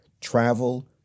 Travel